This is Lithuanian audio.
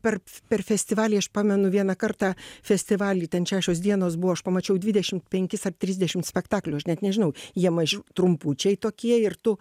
per pf per festivalį aš pamenu vieną kartą festivalį ten šešios dienos buvo aš pamačiau dvidešimt penkis ar trisdešimt spektaklių aš net nežinau jie mažiu trumpučiai tokie ir tu